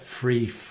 free